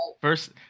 first